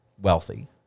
wealthy